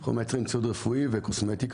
אנחנו מייצרים ציוד רפואי וקוסמטיקה,